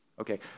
Okay